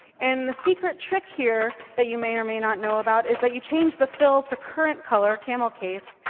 and the secret trick here that you may or may not know about is that you change the fill to currentcolor, camelcase,